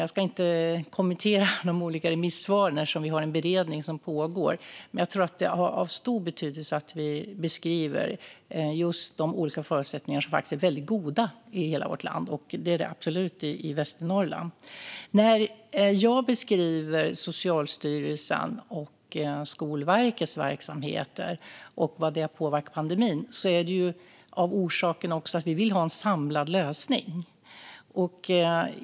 Jag ska inte kommentera de olika remissvaren, eftersom vi har en beredning som pågår. Men jag tror att det är av stor betydelse att vi beskriver de olika förutsättningarna, som är väldigt goda i hela vårt land och absolut är det i Västernorrland. När jag beskriver Socialstyrelsens och Skolverkets verksamheter och hur de har påverkats av pandemin är det också av orsaken att vi vill ha en samlad lösning.